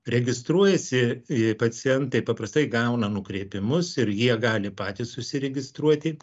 registruojasi pacientai paprastai gauna nukreipimus ir jie gali patys užsiregistruoti